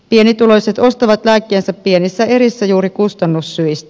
pienituloiset ostavat lääkkeensä pienissä erissä juuri kustannussyistä